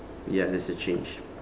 ya that's the change